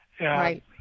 Right